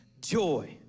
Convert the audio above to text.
joy